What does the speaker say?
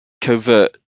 covert